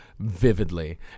vividly